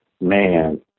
Man